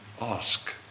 ask